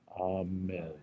Amen